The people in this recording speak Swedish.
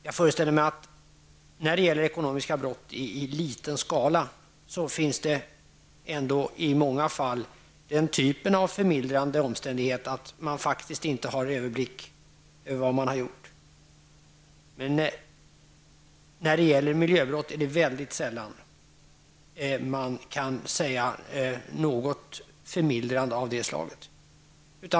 Jag föreställer mig att det när det gäller ekonomisk brottslighet i liten skala ändå i många fall som förmildrande omständighet finns med att man faktiskt inte kan överblicka vad man har gjort. Men när det gäller miljöbrott är det väldigt sällan man kan säga något förmildrande av det slaget.